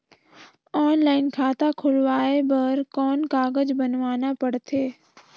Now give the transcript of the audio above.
Online खाता खुलवाय बर कौन कागज बनवाना पड़थे?